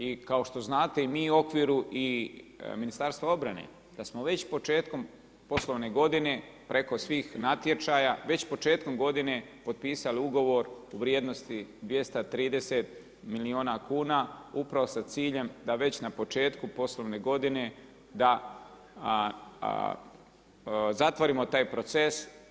I kao što znate mi u okviru Ministarstva obrane da smo već početkom poslovne godine preko svih natječaja već početkom godine potpisali ugovor u vrijednosti 230 milijuna kuna upravo sa ciljem da već na početku poslovne godine da zatvorimo taj proces.